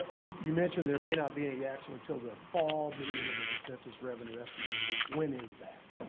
you you mentioned there may not be any action until the fall meeting of the consensus revenue estimating group. when is that?